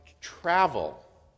travel